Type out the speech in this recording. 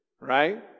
right